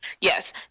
Yes